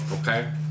Okay